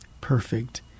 perfect